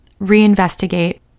reinvestigate